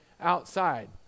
outside